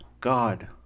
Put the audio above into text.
God